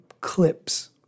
clips